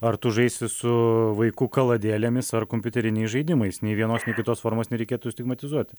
ar tu žaisi su vaiku kaladėlėmis ar kompiuteriniais žaidimais nei vienos nei kitos formos nereikėtų stigmatizuoti